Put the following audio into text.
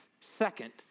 second